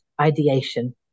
ideation